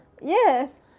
Yes